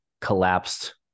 collapsed